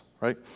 right